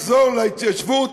לחזור להתיישבות,